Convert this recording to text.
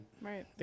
Right